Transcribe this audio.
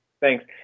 Thanks